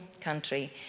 country